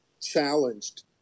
challenged